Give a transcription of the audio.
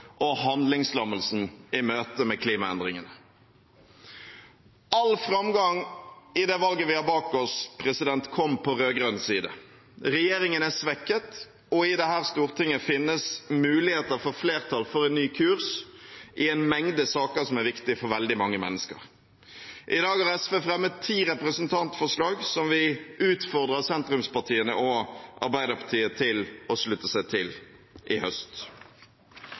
og handlingslammelsen i møte med klimaendringene. All framgang i det valget vi har bak oss, kom på rød-grønn side. Regjeringen er svekket, og i dette Stortinget finnes muligheter for flertall for en ny kurs i en mengde saker som er viktige for veldig mange mennesker. I dag fremmer SV ti representantforslag som vi utfordrer sentrumspartiene og Arbeiderpartiet til å slutte seg til i høst.